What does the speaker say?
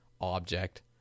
object